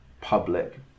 public